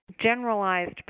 generalized